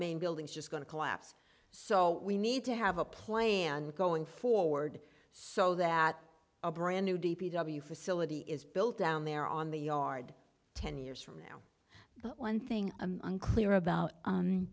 main building is just going to collapse so we need to have a play on going forward so that a brand new d p w facility is built down there on the yard ten years from now but one thing i'm unclear about